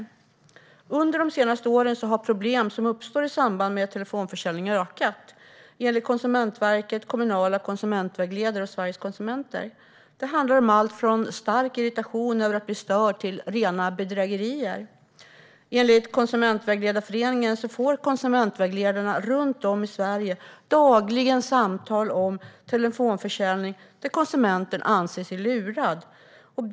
Under de senaste åren har antalet problem som uppstår i samband med telefonförsäljning ökat, enligt Konsumentverket, kommunala konsumentvägledare och Sveriges Konsumenter. Det handlar om allt från stark irritation över att bli störd till rena bedrägerier. Enligt Konsumentvägledarföreningen får konsumentvägledarna runt om i Sverige dagligen samtal om telefonförsäljning där konsumenten anser sig lurad.